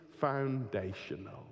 foundational